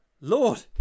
Lord